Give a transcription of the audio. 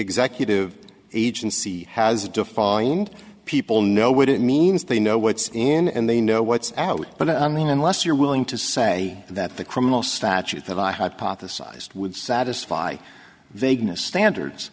executive agency has defined people know what it means they know what's in and they know what's out but unless you're willing to say that the criminal statute that i hypothesized would satisfy vagueness standards